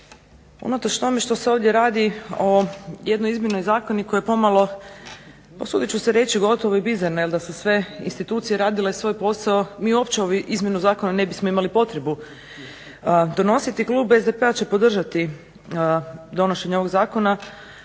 Unatoč tome što se ovdje radi o jednoj izmjeni zakona koja je pomalo, usudit ću se reći, pomalo i bizarna jer da su sve institucije radile svoj posao mi uopće ovu izmjenu Zakona ne bismo imali potrebu donositi. Klub SDP-a će podržati donošenje ovog Zakona